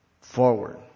forward